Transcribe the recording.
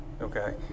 okay